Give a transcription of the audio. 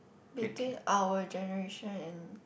between our generation and